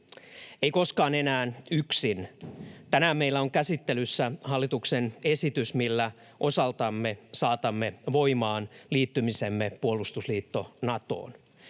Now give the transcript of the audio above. Ei koskaan enää yksin — tänään meillä on käsittelyssä hallituksen esitys, millä osaltamme saatamme voimaan liittymisemme puolustusliitto Natoon.